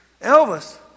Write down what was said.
Elvis